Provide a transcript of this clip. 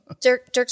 Dirk